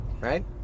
right